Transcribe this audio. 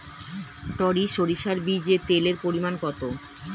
টরি সরিষার বীজে তেলের পরিমাণ কত?